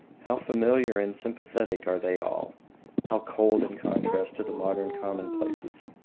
how familiar and sympathetic are they all how cold in contrast the modern commonplaces!